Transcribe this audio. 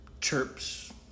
chirps